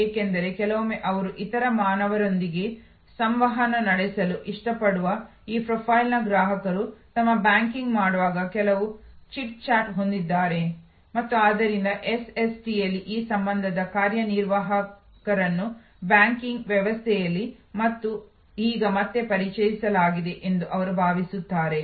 ಏಕೆಂದರೆ ಕೆಲವೊಮ್ಮೆ ಅವರು ಇತರ ಮಾನವರೊಂದಿಗೆ ಸಂವಹನ ನಡೆಸಲು ಇಷ್ಟಪಡುವ ಈ ಪ್ರೊಫೈಲ್ನ ಗ್ರಾಹಕರು ತಮ್ಮ ಬ್ಯಾಂಕಿಂಗ್ ಮಾಡುವಾಗ ಕೆಲವು ಚಿಟ್ ಚಾಟ್ ಹೊಂದಿದ್ದಾರೆ ಮತ್ತು ಆದ್ದರಿಂದ ಎಸ್ಎಸ್ಟಿಯಲ್ಲಿ ಈ ಸಂಬಂಧದ ಕಾರ್ಯನಿರ್ವಾಹಕರನ್ನು ಬ್ಯಾಂಕಿಂಗ್ ವ್ಯವಸ್ಥೆಯಲ್ಲಿ ಈಗ ಮತ್ತೆ ಪರಿಚಯಿಸಲಾಗಿದೆ ಎಂದು ಅವರು ಭಾವಿಸುತ್ತಾರೆ